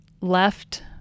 left